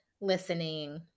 listening